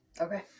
okay